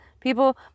People